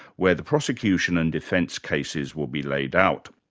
where the prosecution and defence cases will be laid out.